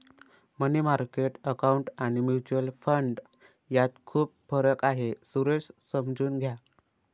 मनी market account आणि mutual fund यात खूप फरक आहे, सुरेश समजून घ्या